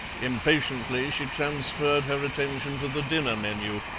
impatiently she transferred her attention to the dinner menu,